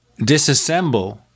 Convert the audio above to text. disassemble